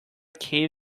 cave